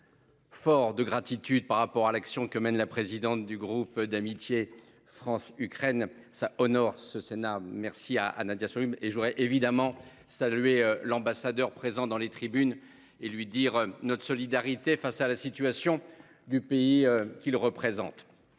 Fort de gratitude par rapport à l'action que mène la présidente du groupe d'amitié France-Ukraine ça honore ce Sénat merci à à Nadia et je voudrais évidemment salué l'ambassadeur, présent dans les tribunes et lui dire notre solidarité face à la situation du pays qu'il représente.